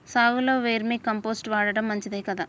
సాగులో vermicompost వాడటం మంచిదే కదా?